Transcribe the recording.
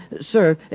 Sir